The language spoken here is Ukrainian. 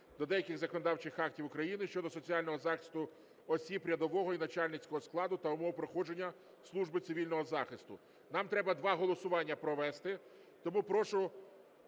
до деяких законодавчих актів України щодо соціального захисту осіб рядового і начальницького складу та умов проходження служби цивільного захисту. Нам треба два голосування провести. Тому прошу